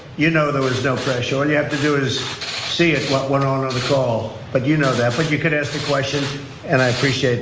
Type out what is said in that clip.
you know there was no pressure, all you have to do is see it what went on on the call, but you know that, but you could ask the questions and i appreciate